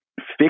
fix